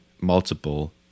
multiple